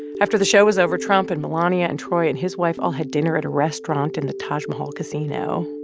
after the show was over, trump and melania and troy and his wife all had dinner at a restaurant in the taj mahal casino.